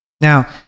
Now